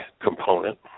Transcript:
component